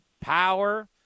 power